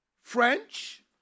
French